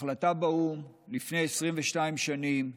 ההחלטה באו"ם, לפני 22 שנים,